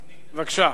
בבקשה.